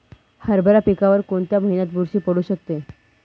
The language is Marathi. हरभरा पिकावर कोणत्या महिन्यात बुरशी पडू शकते?